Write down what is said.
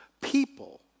people